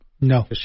No